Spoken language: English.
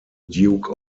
duke